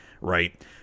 right